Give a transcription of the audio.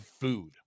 food